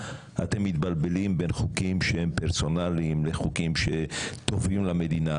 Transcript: אתם מתבלבלים בין חוקים שהם פרסונליים לחוקים שטובים למדינה.